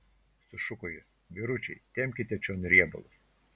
sušuko jis vyručiai tempkite čion riebalus